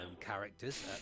characters